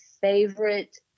favorite